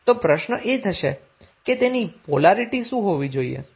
તો પ્રશ્ન એ થશે કે તેની પોલારીટી શું હોવી જોઇએ